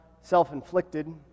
self-inflicted